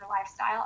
lifestyle